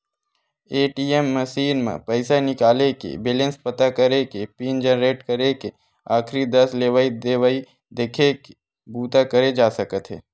ATM machine म पइसा निकाले के, बेलेंस पता करे के, पिन जनरेट करे के, आखरी दस लेवइ देवइ देखे के बूता करे जा सकत हे